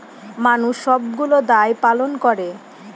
মানুষ সবগুলো দায় পালন করে